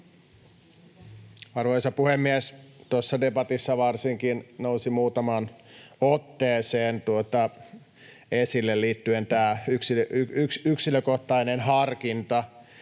Arvoisa puhemies! Tuossa debatissa varsinkin nousi muutamaan otteeseen esille tämä yksilökohtainen harkinta,